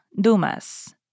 Dumas